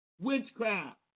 Witchcraft